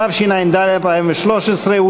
התשע"ד 2013,